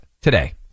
today